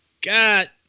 God